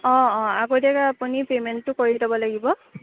অঁ অঁ আগতীয়াকৈ আপুনি পে'মেণ্টটো কৰি ল'ব লাগিব